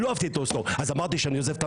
לא אהבתי את אוסלו.